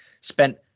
spent